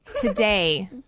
Today